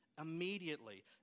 immediately